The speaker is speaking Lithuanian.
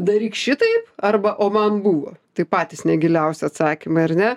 daryk šitaip arba o man buvo tai patys giliausi atsakymai ar ne